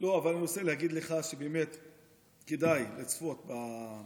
אני רוצה להגיד לך שכדאי לצפות במונדיאל.